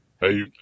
Hey